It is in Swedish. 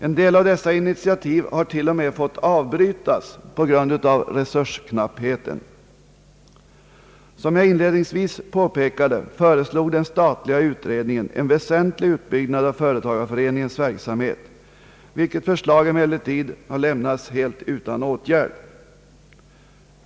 En del av dessa initiativ har till och med fått avbrytas på grund av resursknappheten. Som jag inledningsvis påpekade föreslog den statliga utredningen en väsentlig utbyggnad av företagareföreningens verksamhet, vilket förslag emellertid har lämnats helt utan åtgärd.